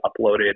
uploaded